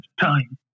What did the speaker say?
time